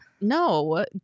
No